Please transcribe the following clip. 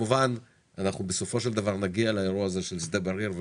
אנחנו בסופו של דבר נגיע לאירוע הזה של שדה בריר,